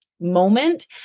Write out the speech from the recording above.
moment